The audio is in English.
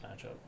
matchup